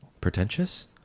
Pretentious